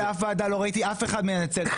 בוועדה לא ראיתי אף אחד מנצל את